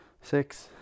six